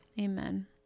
Amen